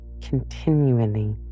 continually